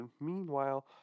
meanwhile